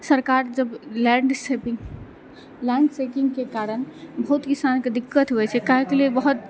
सरकार जब land saving land सेकिंगके कारण बहुत किसानके दिक्कत होइ छै काहेके लिए बहुत